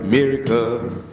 Miracles